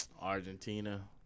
Argentina